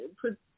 put